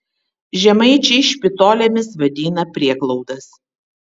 žemaičiai špitolėmis vadina prieglaudas